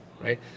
right